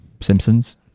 Simpsons